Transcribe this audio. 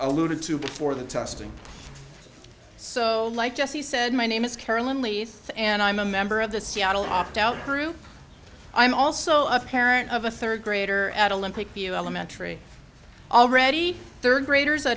alluded to before the testing so like jesse said my name is carolyn lee and i'm a member of the seattle opt out group i'm also a parent of a third grader at olympic view elementary already third graders